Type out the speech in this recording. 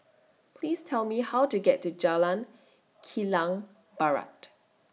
Please Tell Me How to get to Jalan Kilang Barat